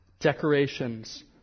decorations